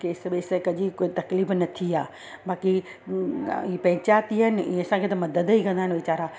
case ॿेस जी कोइ तकलीफ़ न थी आहे बाक़ी पंचायती आहिनि इहे त असांखे मदद ई कंदा आहिनि वेचारा